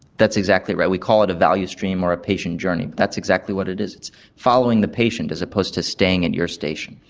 that's exactly right, we call it a value stream or a patient journey, but that's exactly what it is, it's following the patient as opposed to staying at your station.